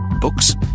Books